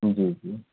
جی جی